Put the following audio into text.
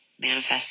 manifest